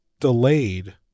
delayed